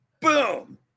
Boom